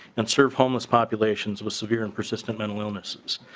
and sort of homeless populations with severe and persistent mental illness.